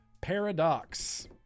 Paradox